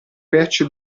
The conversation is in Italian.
patch